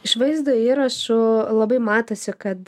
iš vaizdo įrašų labai matosi kad